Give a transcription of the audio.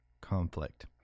conflict